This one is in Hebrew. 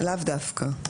לאו דווקא.